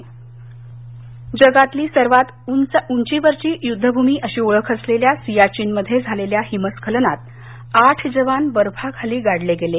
सियाचिन जगातली सर्वात उंचीवरची युद्धभूमी अशी ओळख असलेल्या सियाचीनमध्ये झालेल्या हिमस्खलनात आठ जवान बर्फाखाली गाडले गेले